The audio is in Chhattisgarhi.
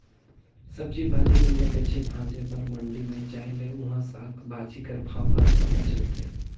सब्जी भाजी मन ल बेचे भांजे बर मंडी में जाए ले उहां साग भाजी कर भाव हर पता चलथे